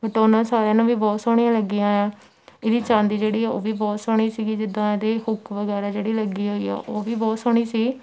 but ਉਹਨਾਂ ਸਾਰਿਆਂ ਨੂੰ ਵੀ ਬਹੁਤ ਸੋਹਣੀਆਂ ਲੱਗੀਆਂ ਆ ਇਹਦੀ ਚਾਂਦੀ ਜਿਹੜੀ ਆ ਉਹ ਵੀ ਬਹੁਤ ਸੋਹਣੀ ਸੀਗੀ ਜਿੱਦਾਂ ਇਹਦੇ ਹੁੱਕ ਵਗੈਰਾ ਜਿਹੜੀ ਲੱਗੀ ਹੋਈ ਆ ਉਹ ਵੀ ਬਹੁਤ ਸੋਹਣੀ ਸੀ